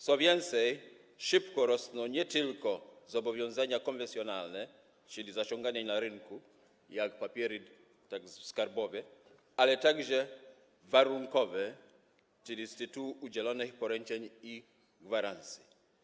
Co więcej, szybko rosną nie tylko zobowiązania konwencjonalne, czyli zaciąganie na rynku, jak papiery skarbowe, ale także warunkowe, czyli z tytułu udzielanych poręczeń i gwarancji.